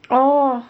oh